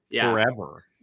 forever